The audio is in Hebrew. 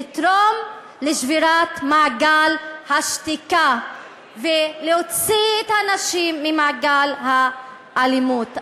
לתרום לשבירת מעגל השתיקה ולהוציא את הנשים ממעגל האלימות.